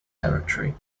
territory